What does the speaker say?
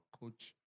coach